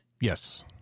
Yes